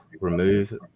remove